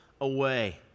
away